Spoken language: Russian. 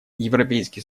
европейский